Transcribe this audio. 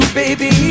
baby